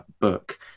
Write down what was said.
book